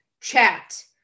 chat